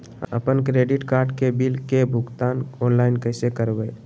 अपन credit card के bill के भुगतान ऑनलाइन कैसे करबैय?